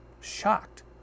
shocked